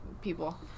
people